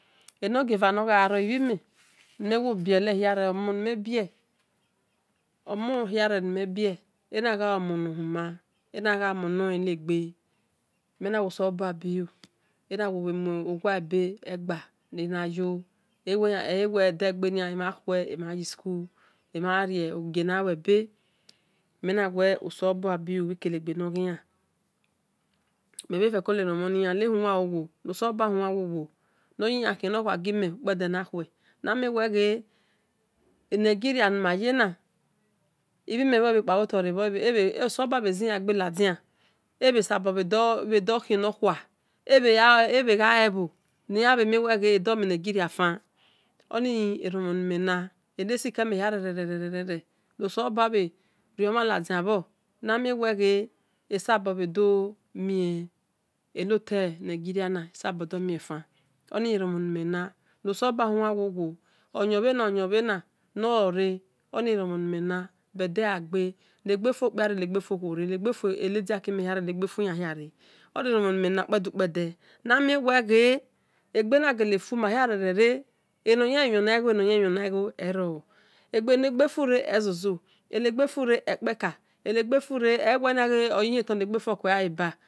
Enogieua nogha ro ibhime omonim mhe bie hia enagha yi omono he leghe mhen na mhe who salo bua obilu ena bhe muowa ebe egeba school mhe nawa alobua obilu bhi ikelegbe noghiyan mhe bhe feko henomho ya noyi yan kie nokua kime ukpede naki ve namien whe ghe ukpede ni akue osalobua bhe ziyan gbeha dia ebhe dokie nokna ebhe ghale bho ne yan do mi nigerie fan oni erouhom nimhena euesiuho me hia re-rere nosalobua nosalobua riomhan laduan na miem ne ghe edo muoter nigera fan oni eremhon ni mhe na nosolobua huwowo oyon bhena oyon bhe na negba fue nediakimhen hia oni eronmhan ni mhena ukedu kpede na mienia gha egbe gha enegbe fare ezozo enegbe fure ekpe ka enegbe fure eyibien tulegbe fo okue gha leba